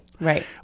Right